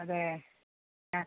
അതേ ആ